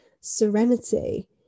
serenity